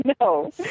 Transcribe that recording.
No